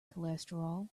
cholesterol